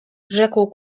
rzekł